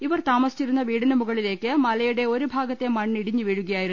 ഇവർ താമസിച്ചിരുന്ന വീടിന് മുക ളിലേക്ക് മലയുടെ ഒരു ഭാഗത്തെ മണ്ണിടിഞ്ഞ് വീഴുക യായിരുന്നു